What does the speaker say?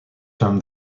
term